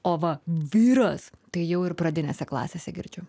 o va vyras tai jau ir pradinėse klasėse girdžiu